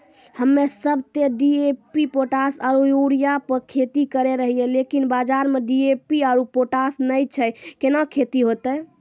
हम्मे सब ते डी.ए.पी पोटास आरु यूरिया पे खेती करे रहियै लेकिन बाजार मे डी.ए.पी आरु पोटास नैय छैय कैना खेती होते?